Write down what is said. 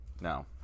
no